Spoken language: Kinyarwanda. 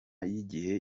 y’igihe